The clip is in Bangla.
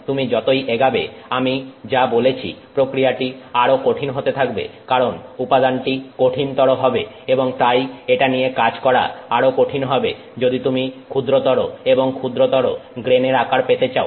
তুমি যতই এগাবে যা আমি বলেছি প্রক্রিয়াটি আরো কঠিন হতে থাকবে কারণ উপাদানটি কঠিনতর হবে এবং তাই এটা নিয়ে কাজ করা আরো কঠিন হবে যদি তুমি ক্ষুদ্রতর এবং ক্ষুদ্রতর গ্রেনের আকার পেতে চাও